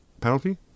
Penalty